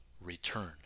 return